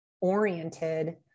oriented